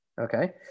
Okay